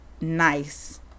nice